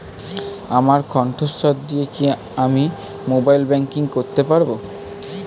আমার কন্ঠস্বর দিয়ে কি আমি মোবাইলে ব্যাংকিং করতে পারবো?